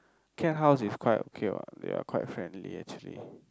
cat house is quite okay what they're quite friendly actually